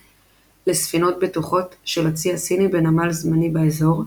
לספינות בטוחות של הצי הסיני בנמל זמני באזור.